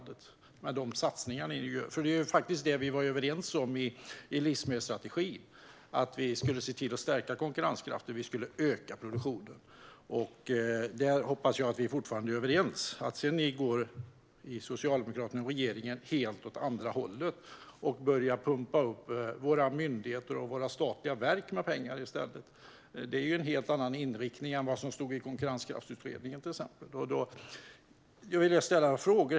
Det var faktiskt det vi var överens om i livsmedelsstrategin: att vi skulle se till att stärka konkurrenskraften och öka produktionen. Där hoppas jag att vi fortfarande är överens. Att ni socialdemokrater och regeringen sedan går åt helt andra hållet och i stället börjar pumpa upp våra myndigheter och statliga verk med pengar innebär en helt annan inriktning än vad som framgick av Konkurrenskraftsutredningen, till exempel.